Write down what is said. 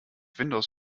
windows